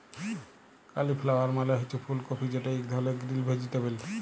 cauliflower মালে হছে ফুল কফি যেট ইক ধরলের গ্রিল ভেজিটেবল